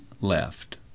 left